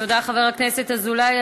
תודה, חבר הכנסת אזולאי.